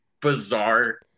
bizarre